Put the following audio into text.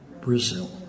Brazil